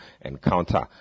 encounter